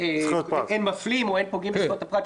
שאין מפלים או אין פוגעים בזכויות הפרט,